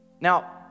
now